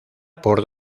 por